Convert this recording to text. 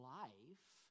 life